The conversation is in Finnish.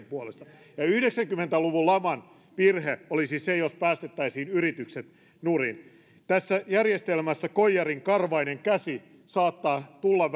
puolesta ja yhdeksänkymmentä luvun laman virhe olisi se jos päästettäisiin yritykset nurin tässä järjestelmässä koijarin karvainen käsi saattaa tulla